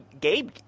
Gabe